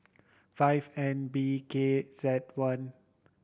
five N B K Z one